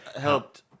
Helped